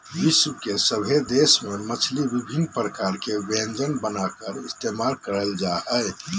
विश्व के सभे देश में मछली विभिन्न प्रकार के व्यंजन बनाकर इस्तेमाल करल जा हइ